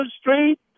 Street